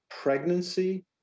pregnancy